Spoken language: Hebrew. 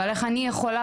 אבל איך אני יכולה,